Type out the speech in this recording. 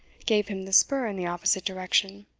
gave him the spur in the opposite direction.